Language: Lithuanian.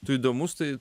tu įdomus tai